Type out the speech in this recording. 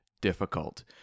difficult